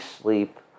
sleep